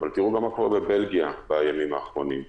אבל תראו מה קורה בבלגיה בימים האחרונים.